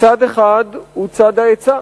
צעד אחד הוא צעד ההיצע.